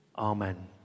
Amen